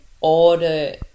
order